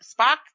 Spock